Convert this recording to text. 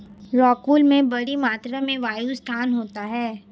rockwool में बड़ी मात्रा में वायु स्थान होता है